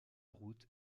route